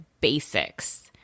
basics